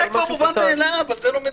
זה כבר מובן מאליו, על זה לא מדברים.